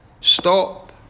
stop